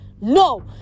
No